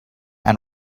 and